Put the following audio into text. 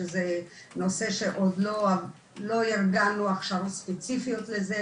שזה נושא שעוד לא ארגנו הכשרות ספציפיות לזה,